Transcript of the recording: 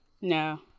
No